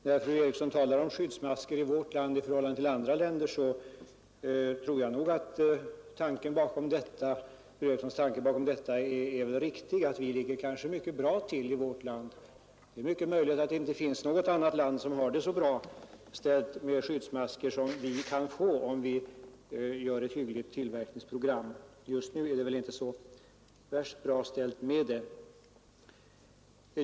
Jag tror att tanken bakom fru Erikssons resonemang att vi i vårt land i jämförelse med andra länder ligger mycket bra till när det gäller skyddsmasker är riktig; det är mycket möjligt att det inte finns något annat land som har det så bra ställt med skyddsmasker som vi kan få, om vi gör upp ett hyggligt tillverkningsprogram. Just nu är det väl inte så värst bra ställt med det.